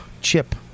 Chip